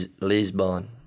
Lisbon